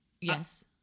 Yes